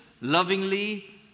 lovingly